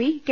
P K